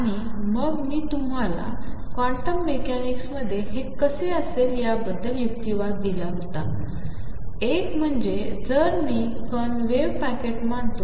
आणिमगमीतुम्हालाक्वांटममेकॅनिक्समध्येहेकसेअसेलयाबद्दलयुक्तिवाददिला एकम्हणजेजरमीकणवेव्हपॅकेटमानतो